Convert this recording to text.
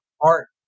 art